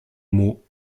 mot